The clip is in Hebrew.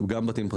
גם בתים פרטיים.